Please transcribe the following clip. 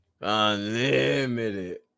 Unlimited